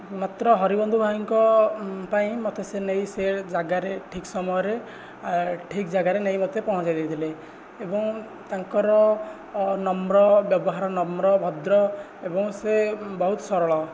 ମାତ୍ର ହରିବନ୍ଧୁ ଭାଇଙ୍କ ପାଇଁ ମୋତେ ସେ ନେଇ ସେ ଯାଗାରେ ଠିକ୍ ସମୟରେ ଠିକ୍ ଯାଗାରେ ନେଇ ମୋତେ ପହଞ୍ଚାଇ ଦେଇଥିଲେ ଏବଂ ତାଙ୍କର ନମ୍ର ବ୍ୟବହାର ନମ୍ର ଭଦ୍ର ଏବଂ ସେ ବହୁତ ସରଳ